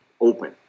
open